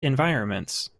environments